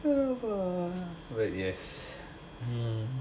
but yes